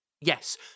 Yes